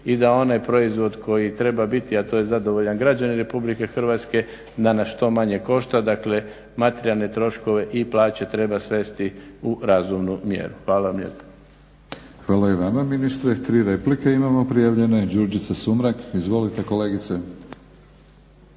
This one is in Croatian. i da onaj proizvod koji treba biti, a to je zadovoljan građanin Republike Hrvatske da nas što manje košta, dakle materijalne troškove i plaće treba svesti u razumnu mjeru. Hvala vam lijepa. **Batinić, Milorad (HNS)** Hvala i vama ministre. Tri replike imamo prijavljene. Đurđica Sumrak, izvolite kolegice.